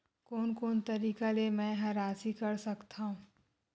कोन कोन तरीका ले मै ह राशि कर सकथव?